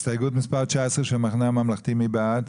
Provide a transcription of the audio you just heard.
הסתייגות מספר 19 של המחנה הממלכתי, מי בעד?